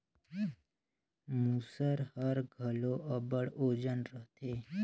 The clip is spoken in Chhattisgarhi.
मूसर हर घलो अब्बड़ ओजन रहथे